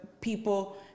people